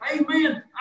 amen